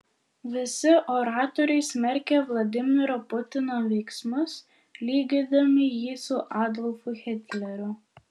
visi oratoriai smerkė vladimiro putino veiksmus lygindami jį su adolfu hitleriu